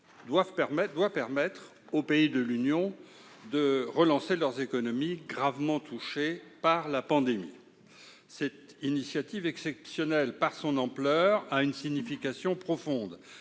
doit permettre aux pays de l'Union européenne de relancer leurs économies, gravement touchées par la pandémie. Cette initiative, exceptionnelle par son ampleur, a une signification profonde